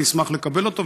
אני אשמח לקבל אותו,